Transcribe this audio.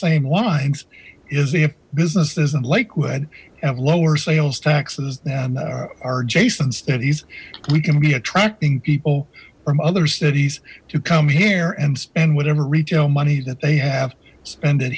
same lines is if businesses in lakewood have lower sales taxes then are adjacent studies we can be attracting people from other cities to come here and spend whatever retail money that they have spend it